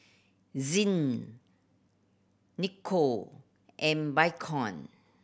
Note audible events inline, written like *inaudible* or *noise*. Zinc *unintelligible* and *unintelligible*